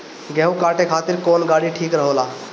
गेहूं काटे खातिर कौन गाड़ी ठीक होला?